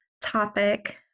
topic